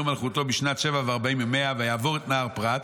מלכותו בשנת שבע וארבעים ומאה ויעבור את נהר פרת